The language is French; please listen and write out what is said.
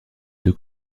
deux